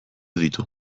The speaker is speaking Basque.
ditu